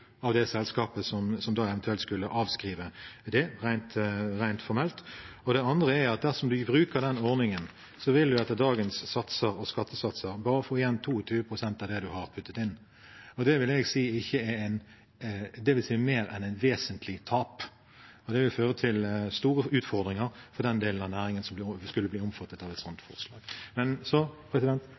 av det selskapet som da eventuelt skulle avskrive det rent formelt. Det andre er at dersom vi bruker denne ordningen, vil en etter dagens satser og skattesatser få igjen bare 22 pst. av det en har puttet inn. Det vil jeg si er mer enn et vesentlig tap. Det vil føre til store utfordringer for den delen av næringen som skulle bli omfattet av et slikt forslag.